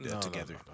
together